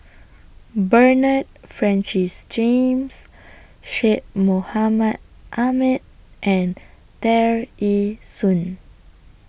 Bernard Francis James Syed Mohamed Ahmed and Tear Ee Soon